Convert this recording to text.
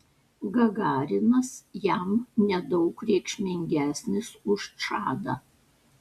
gagarinas jam nedaug reikšmingesnis už čadą